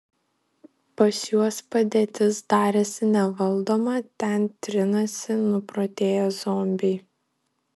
pas juos padėtis darėsi nevaldoma ten trinasi nuprotėję zombiai